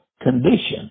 condition